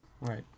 Right